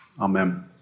Amen